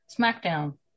Smackdown